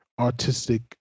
artistic